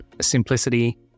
simplicity